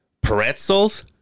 pretzels